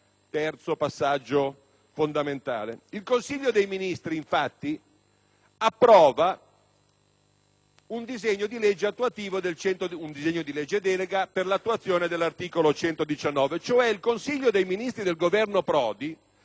(terzo passaggio fondamentale). Il Consiglio dei ministri, infatti, approva un disegno di legge delega per l'attuazione dell'articolo 119, cioè il Consiglio dei ministri del Governo Prodi